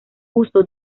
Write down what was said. uso